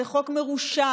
זה חוק מרושע.